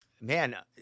man